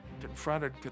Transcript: confronted